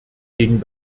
gegen